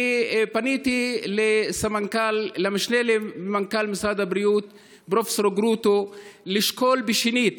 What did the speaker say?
אני פניתי למשנה למנכ"ל משרד הבריאות פרופ' גרוטו לשקול שנית